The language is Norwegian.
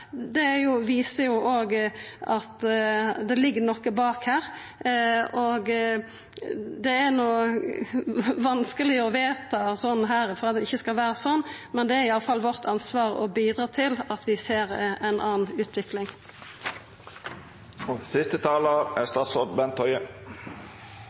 viser jo òg at det ligg noko bak her. Det er vanskeleg å vedta herifrå at det ikkje skal vera slik, men det er i alle fall ansvaret vårt å bidra til at vi får ei anna utvikling.